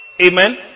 Amen